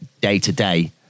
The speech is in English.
day-to-day